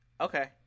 Okay